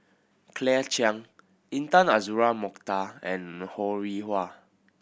Claire Chiang Intan Azura Mokhtar and Ho Rih Hwa